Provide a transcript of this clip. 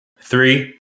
Three